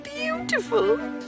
beautiful